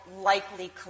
likely